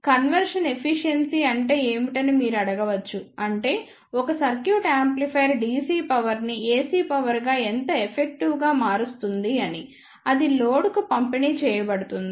ఇప్పుడు conversion efficiency అంటే ఏమిటని మీరు అడగవచ్చు అంటే ఒక సర్క్యూట్ యాంప్లిఫైయర్ DC పవర్ ని AC పవర్ గా ఎంత ఎఫెక్టివ్ గా మారుస్తుంది అని అది లోడ్కు పంపిణీ చేయబడుతుంది